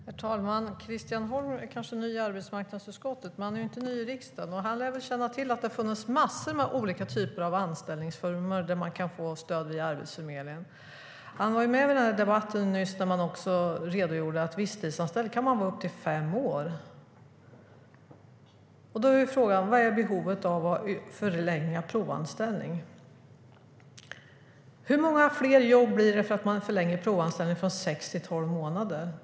Herr talman! Christian Holm är kanske ny i arbetsmarknadsutskottet, men han är inte ny i riksdagen. Han lär känna till att det har funnits massor av olika anställningsformer där man kan få stöd via Arbetsförmedlingen. Han var med vid debatten nyss där man redogjorde att visstidsanställd, det kan man vara upp till fem år. Då är frågan: Vad är behovet av att förlänga provanställning? Hur många fler jobb blir det för att man förlänger provanställning från sex till tolv månader?